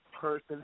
person